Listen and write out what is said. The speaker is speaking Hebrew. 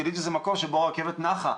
גיליתי שזה המקום שבו הרכבת נחה.